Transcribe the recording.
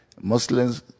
Muslims